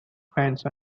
fence